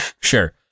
sure